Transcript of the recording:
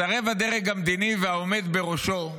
מסרב הדרג המדיני והעומד בראשו,